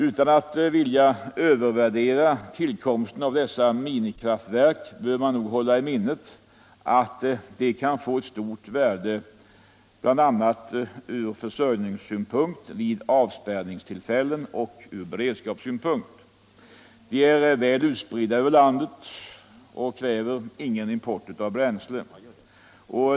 Utan att vilja övervärdera tillkomsten av dessa minikraftverk bör man nog hålla i minnet att de kan få stort värde bl.a. ur försörjningssynpunkt vid avspärrningstillfällen och ur beredskapssynpunkt. De är väl utspridda över landet och kräver ingen import av bränsle.